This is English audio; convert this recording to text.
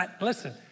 listen